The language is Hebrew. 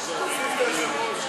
תוסיף את היושב-ראש.